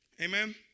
Amen